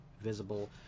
visible